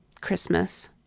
Christmas